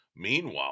Meanwhile